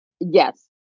Yes